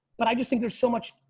but i just think there's so much,